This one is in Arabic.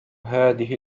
هذه